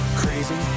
crazy